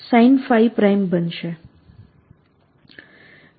rPsinsinϕ બનશે